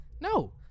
No